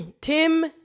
Tim